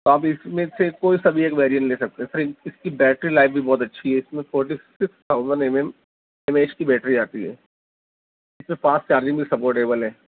تو آپ اس میں سے کوئی سا بھی ایک ویریئنٹ لے سکتے ہیں سر اس کی بیٹری لائف بھی بہت اچھی ہے اس میں forty six thousand M M M A H کی بیٹری آتی ہے سر فاسٹ چارجنگ بھی سپورٹیبل ہے